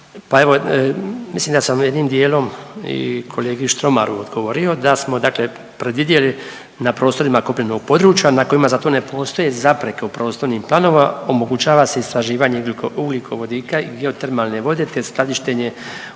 Pa evo mislim da sam jednim dijelom i kolegi Štromaru odgovorio da smo dakle predvidjeli na prostorima kopnenog područja na kojima za to ne postoje zapreke u prostornim planovima omogućava se istraživanje ugljiko, ugljikovodika i geotermalne vode, te skladištenje